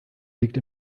liegt